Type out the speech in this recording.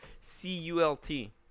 C-U-L-T